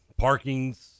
parkings